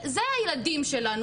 זה הילדים שלנו.